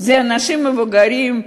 אלה אנשים מבוגרים,